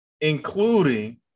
Including